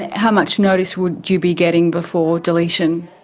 how much notice would you be getting before deletion?